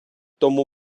тому